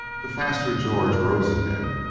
the faster george rose in them.